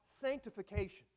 sanctification